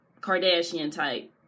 Kardashian-type